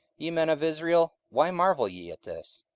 ye men of israel, why marvel ye at this?